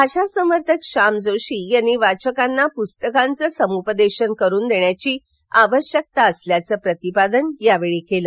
भाषासंवर्धक श्याम जोशी यांनी वाचकांना पुस्तकाचं समुपदेशन करून देण्याची आवश्यकता असल्याचं प्रतिपादन यावेळी केलं